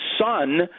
son